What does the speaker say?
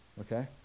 Okay